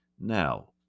Now